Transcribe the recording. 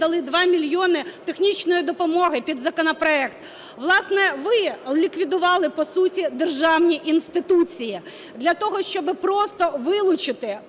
Дякую,